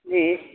जी